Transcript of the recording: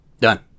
Done